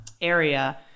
area